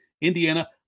Indiana